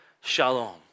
Shalom